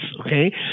okay